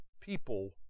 people